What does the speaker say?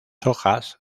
hojas